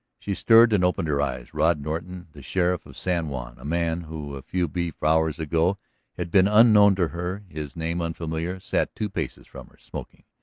she stirred and opened her eyes. rod norton, the sheriff of san juan, a man who a few brief hours ago had been unknown to her, his name unfamiliar, sat two paces from her, smoking.